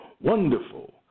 Wonderful